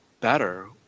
better